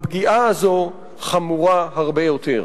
הפגיעה הזאת חמורה הרבה יותר.